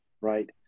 right